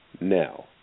Now